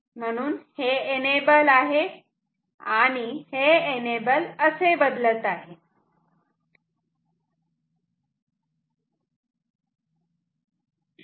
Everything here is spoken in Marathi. म्हणून हे एनेबल आहे आणि हे एनेबल असे बदलत आहे